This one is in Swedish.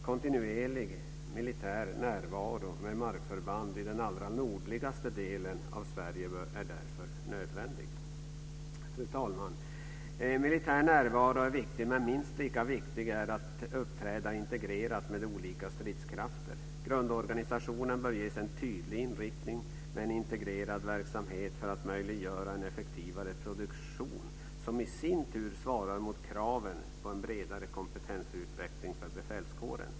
Kontinuerlig militär närvaro med markförband i den allra nordligaste delen av Sverige är därför nödvändig. Fru talman! Militär närvaro är viktig, men minst lika viktigt är att uppträda integrerat med olika stridskrafter. Grundorganisationen bör ges en tydlig inriktning med en integrerad verksamhet för att möjliggöra en effektivare produktion som i sin tur svarar mot kraven på en bredare kompetensutveckling för befälskåren.